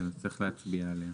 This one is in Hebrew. צריך להצביע עליה.